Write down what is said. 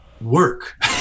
work